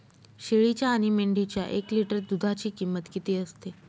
शेळीच्या आणि मेंढीच्या एक लिटर दूधाची किंमत किती असते?